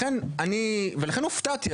לכן הופתעתי,